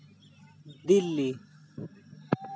Delhi